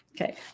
Okay